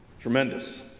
Tremendous